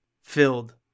filled